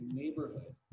neighborhood